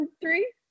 three